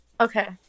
Okay